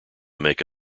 make